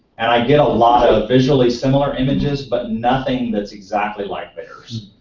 and i get a lot of visually similar images but nothing that's exactly like theirs.